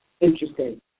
Interesting